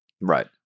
Right